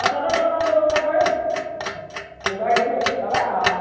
অঁ তাতে বনোৱাৰ ব্যৱস্থা কৰেতো যোগাৰ দিলে বাবা অঁ